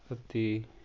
ਅਤੇ